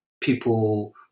people